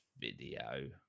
video